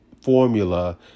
formula